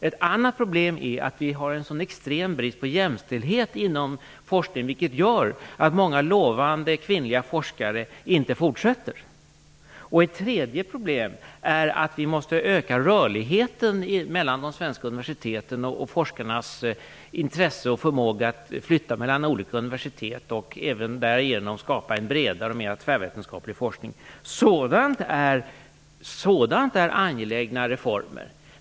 Ett annat problem är att det råder en så extrem brist på jämställdhet inom forskningen, vilket gör att många lovande kvinnliga forskare inte fortsätter. Ett tredje problem är att vi måste öka rörligheten mellan de svenska universiteten. Forskarnas intresse och förmåga att flytta mellan olika universitet måste öka för att därigenom skapa en bredare och mer tvärvetenskaplig forskning. Detta är angelägna reformer.